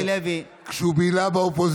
סיפרה לי אורלי לוי, כשהוא בילה באופוזיציה.